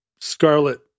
scarlet